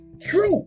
True